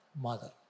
mother